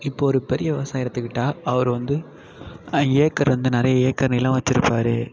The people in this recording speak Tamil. இப்போ ஒரு பெரிய விவசாயி எடுத்துக்கிட்டால் அவர் வந்து ஏக்கர் வந்து நிறைய ஏக்கர் நிலம் வச்சிருப்பார்